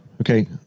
okay